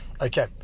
Okay